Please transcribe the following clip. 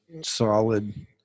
solid